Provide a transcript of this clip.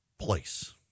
place